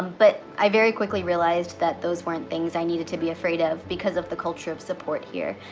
but i very quickly realized that those weren't things i needed to be afraid of because of the culture of support here.